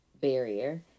barrier